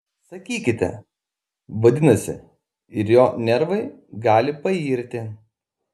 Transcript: sakykite vadinasi ir jo nervai gali pairti